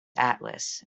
atlas